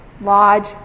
lodge